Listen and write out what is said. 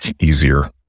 easier